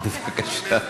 בבקשה.